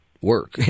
work